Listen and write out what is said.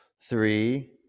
Three